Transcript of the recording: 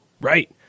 Right